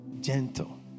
Gentle